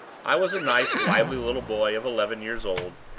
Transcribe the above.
i was a nice, lively little boy of eleven years old,